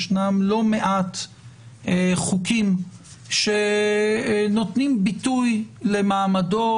ישנם לא מעט חוקים שנותנים ביטוי למעמדו